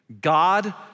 God